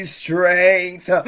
strength